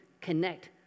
connect